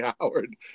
Howard